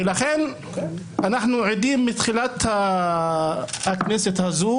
לכן אנחנו עדים מתחילת הכנסת הזאת